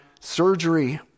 surgery